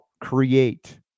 create